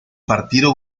partido